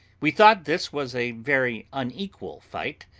we thought this was a very unequal fight,